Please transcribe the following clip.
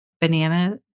banana